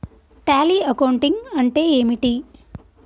Tally accounting అంటే ఏమిటి?